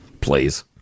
please